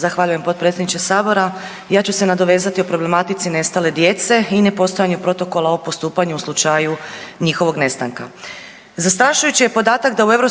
Zahvaljujem potpredsjedniče Sabora. Ja ću se nadovezati o problematici nestale djece i nepostojanja protokola o postupanju u slučaju njihovog nestanka. Zastrašujući je podatak da u EU